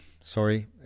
Sorry